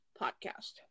Podcast